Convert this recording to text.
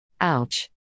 Ouch